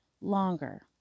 longer